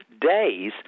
days